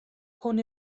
hwn